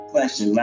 Question